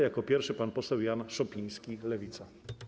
Jako pierwszy pan poseł Jan Szopiński, Lewica.